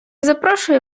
запрошую